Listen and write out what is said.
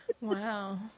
Wow